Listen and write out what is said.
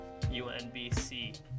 UNBC